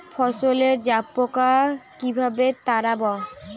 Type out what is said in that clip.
ফসলে জাবপোকা কিভাবে তাড়াব?